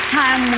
time